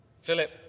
Philip